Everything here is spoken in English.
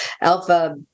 alpha